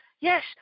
Yes